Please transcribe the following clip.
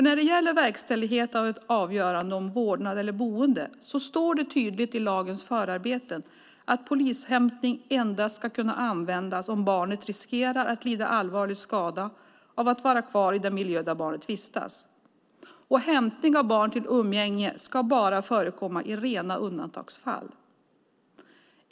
När det gäller verkställighet av ett avgörande om vårdnad eller boende står det tydligt i lagens förarbeten att polishämtning endast ska kunna användas om barnet riskerar att lida allvarlig skada av att vara kvar i den miljö där barnet vistas, och hämtning av barn till umgänge ska bara förekomma i rena undantagsfall.